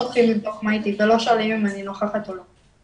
טורחים לבדוק מה איתי ולא שואלים אם אני נוכחת או לא,